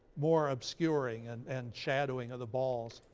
more obscuring and and shadowing of the balls.